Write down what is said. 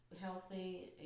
healthy